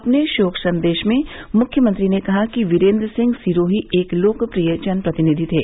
अपने शोक सन्देश में मुख्यमंत्री ने कहा कि वीरेंद्र सिंह सिरोही एक लोकप्रिय जनप्रतिनिधि थे